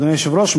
אדוני היושב-ראש,